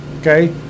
Okay